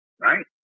Right